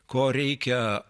ko reikia